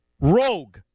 rogue